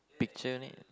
picture in it